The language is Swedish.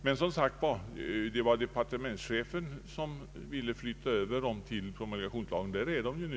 Men, som sagt, det var departementschefen som ville flytta över dessa paragrafer till promulgationslagen. Där är de ju nu.